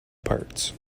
parts